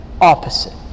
opposite